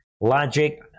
logic